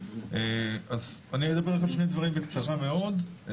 אני אדבר על שני דברים בקצרה מאוד.